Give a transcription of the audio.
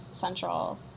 central